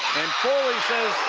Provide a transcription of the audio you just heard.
foley says